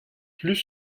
plus